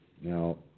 Now